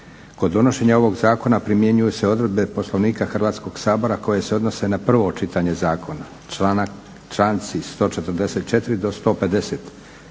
Kod donošenja ovog zakona primjenjuju se odredbe Poslovnika Hrvatskog sabora koje se odnose na prvo čitanje zakona, članci 144. do 150.